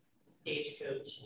stagecoach